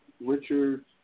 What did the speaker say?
Richard